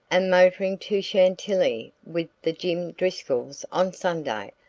and motoring to chantilly with the jim driscolls on sunday.